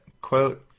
quote